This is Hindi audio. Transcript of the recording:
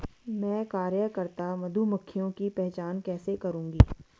मैं कार्यकर्ता मधुमक्खियों की पहचान कैसे करूंगी?